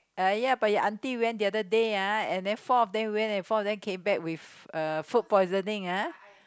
uh ya but your auntie went the other day ah and then four of them went and four of them came back with uh food poisoning ah